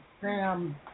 Sam